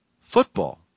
football